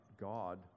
God